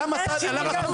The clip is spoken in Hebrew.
לכן,